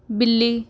ਬਿੱਲੀ